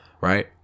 Right